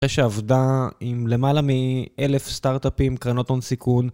אחרי שעבדה עם למעלה מאלף סטארטאפים, קרנות הון סיכון